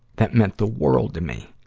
that meant the world to me.